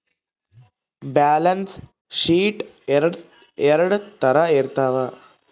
balance sheet ಎರಡ್ ತರ ಇರ್ತವ